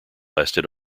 lasted